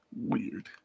Weird